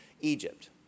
Egypt